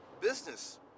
business